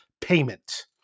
payment